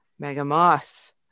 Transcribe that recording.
Megamoth